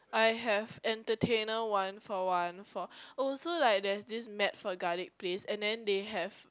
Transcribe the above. I have entertainer one for one for oh so like there is this mad for garlic place and then they have